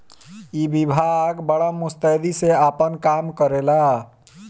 ई विभाग बड़ा मुस्तैदी से आपन काम करेला